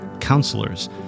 counselors